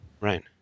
Right